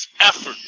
effort